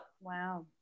wow